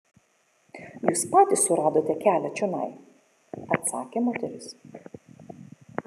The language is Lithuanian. jūs patys suradote kelią čionai atsakė moteris